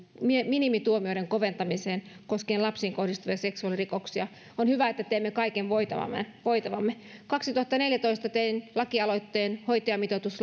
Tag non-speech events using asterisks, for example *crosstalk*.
minimituomioiden koventamiseen koskien lapsiin kohdistuvia seksuaalirikoksia on hyvä että teemme kaiken voitavamme voitavamme kaksituhattaneljätoista tein lakialoitteen hoitajamitoitus *unintelligible*